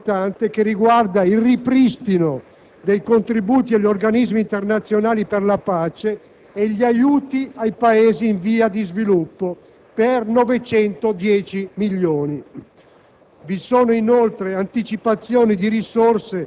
C'è inoltre un'iniziativa molto importante che riguarda il ripristino dei contributi agli organismi internazionali per la pace e gli aiuti ai Paesi in via di sviluppo per 910 milioni.